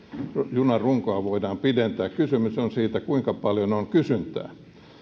junan runkoa voidaan pidentää kysymys on siitä kuinka paljon on kysyntää